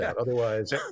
Otherwise